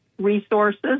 resources